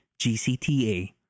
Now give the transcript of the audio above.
GCTA